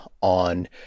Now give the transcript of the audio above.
on